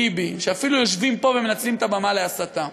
שאפילו יושבים פה ומנצלים את הבמה להסתה.